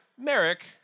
Merrick